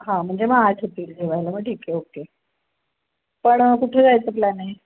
हा म्हणजे मग आठ होतील जेवायला मग ठीक आहे ओके पण कुठे जायचं प्लॅन आहे